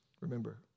Remember